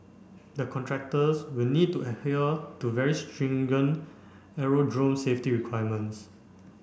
the contractors will need to adhere to very stringent aerodrome safety requirements